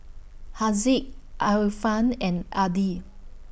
Haziq Alfian and Adi